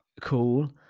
cool